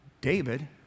David